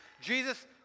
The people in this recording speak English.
Jesus